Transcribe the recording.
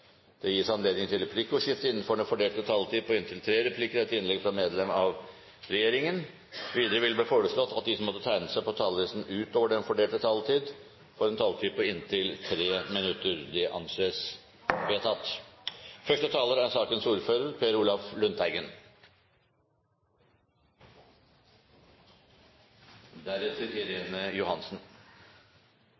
innenfor den fordelte taletid. Videre blir det foreslått at de som måtte tegne seg på talerlisten utover den fordelte taletid, får en taletid på inntil 3 minutter. – Det anses vedtatt. I forrige sak fikk vi flere utbroderinger av hvor vakker natur vi har i Norge, og det er